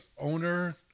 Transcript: owner